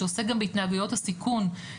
שעוסק גם בהתנהגויות הסיכון,